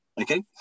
Okay